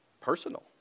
personal